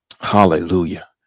Hallelujah